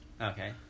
Okay